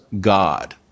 God